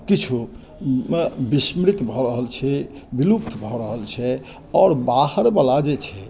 किछु विस्मृत भऽ रहल छै विलुप्त भऽ रहल छै आओर बाहर वाला जे छै